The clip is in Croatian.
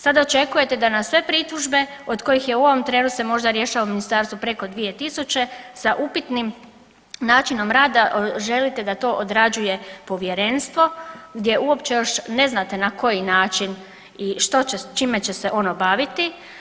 Sada očekujete da na sve pritužbe od kojih je u ovom trenu se možda rješava u ministarstvu preko 2000 sa upitnim načinom rada želite da to odrađuje povjerenstvo gdje uopće još ne znate na koji način i čime će se ono baviti.